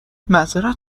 معذرت